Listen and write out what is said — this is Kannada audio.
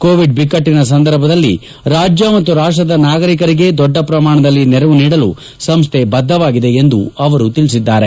ಕೋವಿಡ್ ಬಿಕ್ಕಟ್ಟಿನ ಸಂದರ್ಭದಲ್ಲಿ ರಾಜ್ಯ ಮತ್ತು ರಾಷ್ಟದ ನಾಗರಿಕರಿಗೆ ದೊಡ್ಡ ಪ್ರಮಾಣದಲ್ಲಿ ನೆರವು ನೀಡಲು ಸಂಸ್ಥೆ ಬದ್ದವಾಗಿದೆ ಎಂದು ಅವರು ತಿಳಿಸಿದ್ದಾರೆ